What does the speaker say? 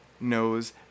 knows